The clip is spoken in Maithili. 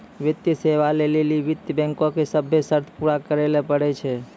वित्तीय सेवा लै लेली वित्त बैंको के सभ्भे शर्त पूरा करै ल पड़ै छै